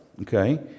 okay